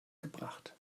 gebracht